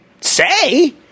say